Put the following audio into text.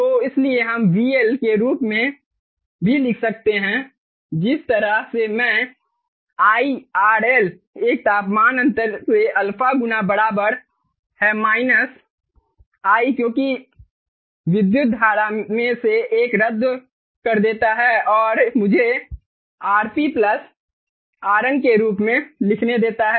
तो इसलिए हम VL के रूप में भी लिख सकते हैं जिस तरह से मैं I RL एक तापमान अंतर से α गुना बराबर है माइनस I क्योंकि विद्युत धारा में से एक रद्द कर देता है और मुझे RP RN के रूप में लिखने देता है